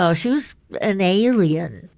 ah she was an alien.